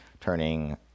turning